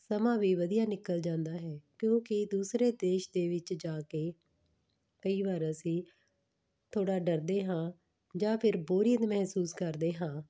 ਸਮਾਂ ਵੀ ਵਧੀਆ ਨਿਕਲ ਜਾਂਦਾ ਹੈ ਕਿਉਂਕਿ ਦੂਸਰੇ ਦੇਸ਼ ਦੇ ਵਿੱਚ ਜਾ ਕੇ ਕਈ ਵਾਰ ਅਸੀਂ ਥੋੜ੍ਹਾ ਡਰਦੇ ਹਾਂ ਜਾਂ ਫਿਰ ਬੋਰੀਅਤ ਮਹਿਸੂਸ ਕਰਦੇ ਹਾਂ